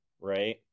right